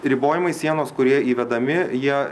ribojimai sienos kurie įvedami jie